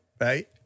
Right